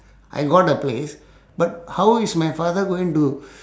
I want a place but how is my father going to